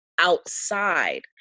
outside